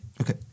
Okay